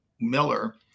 Miller